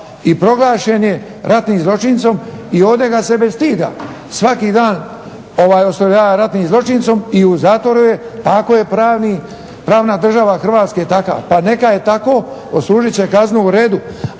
i proglašen je ratnim zločincem i ovdje ga se bez stida svaki dan oslovljava ratnim zločincem i u zatvoru je. Pa ako je pravna država Hrvatske takva pa neka je tako, odslužit će kaznu, u redu.